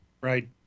Right